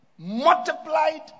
Multiplied